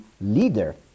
leader